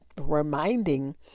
reminding